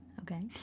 okay